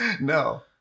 No